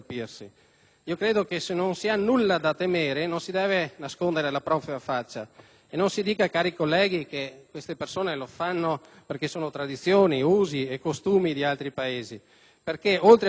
E non si dica, cari colleghi, che queste persone lo fanno perché sono le loro tradizioni, usi e costumi perché, oltre ad una questione di sicurezza, è anche una questione di rispetto. Infatti, quando noi andiamo all'estero